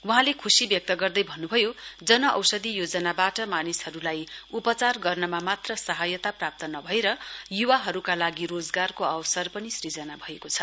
वहाँले खुशी व्यक्त गर्दै भन्नुभयो औषधी योजनाबाट मानिसहरूलाई उपचार गर्नमा मात्र सहायता प्राप्त नभएर युवाहरूका लागि रोजगारको अवसर पनि सृजना भएको छ